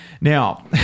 Now